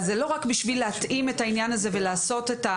זה לא רק כדי להתאים את העניין הזה ולעשות את זה